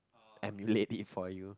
emulate it for you